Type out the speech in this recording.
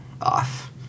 off